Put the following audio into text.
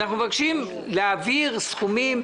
אנחנו מבקשים להעביר סכומים,